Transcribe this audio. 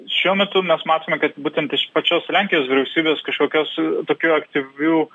šiuo metu mes matome kad būtent iš pačios lenkijos vyriausybės kažkokios tokių aktyvių